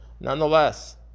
Nonetheless